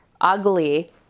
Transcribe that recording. ugly